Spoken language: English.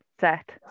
set